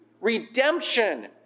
redemption